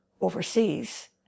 overseas